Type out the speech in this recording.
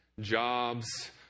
jobs